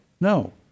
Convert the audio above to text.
no